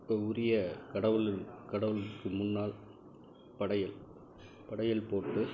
இப்போ உரிய கடவுள் கடவுளுக்கு முன்னால் படையல் படையல் போட்டு